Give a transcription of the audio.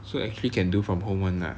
so actually can do from home [one] lah